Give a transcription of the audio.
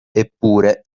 eppure